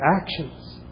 actions